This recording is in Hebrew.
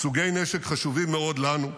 סוגי נשק חשובים מאוד לנו,